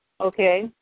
Okay